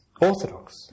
Orthodox